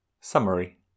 Summary